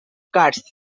cards